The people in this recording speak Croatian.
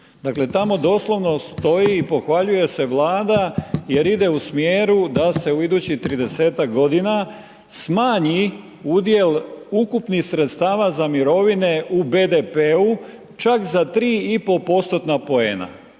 Dakle tamo doslovno stoji i pohvaljuje se Vlada jer ide u smjeru da se u idućih 30-ak godina smanji udjel ukupnih sredstava za mirovine u BDP-u čak za 3,5%-tna poena.